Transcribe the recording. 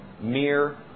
mere